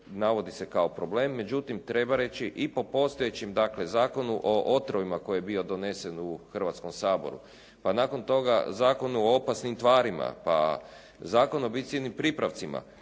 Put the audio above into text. navodi se kao problem. Međutim, treba reći i po postojećem dakle, Zakonu o otrovima koji je bio donesen u Hrvatskom saboru, pa nakon toga Zakonu o opasnim tvarima, pa Zakon o …/Govornik